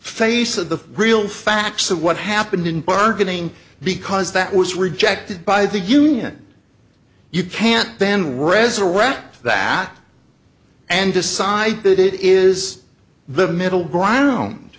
face of the real facts of what happened in bargaining because that was rejected by the union you can't then resurrect that and decide that it is the middle ground